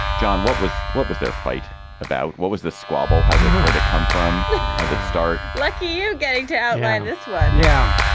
john, what was what was their fight about? what was the squabble? how do they know where to come from? how did start like you yeah getting to and and this right yeah